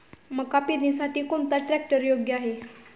मका पेरणीसाठी कोणता ट्रॅक्टर योग्य आहे?